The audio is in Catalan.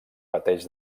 pateix